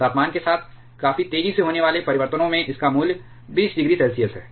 तापमान के साथ काफी तेजी से होने वाले परिवर्तनों में इसका मूल्य 20 डिग्री सेल्सियस है